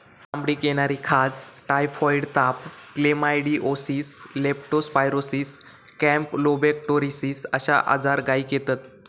चामडीक येणारी खाज, टायफॉइड ताप, क्लेमायडीओसिस, लेप्टो स्पायरोसिस, कॅम्पलोबेक्टोरोसिस अश्ये आजार गायीक जातत